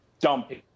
dumping